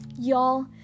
Y'all